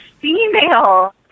female